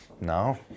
No